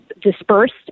dispersed